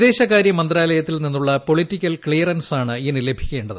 വിദേശ കാര്യമന്ത്രാലയത്തിൽ നിന്നുള്ള പൊളിറ്റിക്കൽ ക്ലിയറൻസാണ് ഇനി ലഭിക്കേണ്ടത്